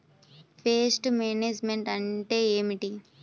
Pest management అంటే ఏమిటి?